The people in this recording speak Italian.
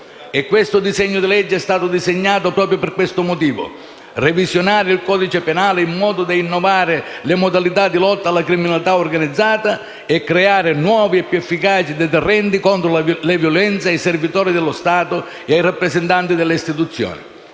E il disegno di legge in esso è stato disegnato proprio per questo motivo: revisionare il codice penale in modo da innovare le modalità di lotta alla criminalità organizzata e creare nuovi e più efficaci deterrenti contro le violenze ai servitori dello Stato e ai rappresentanti delle istituzioni.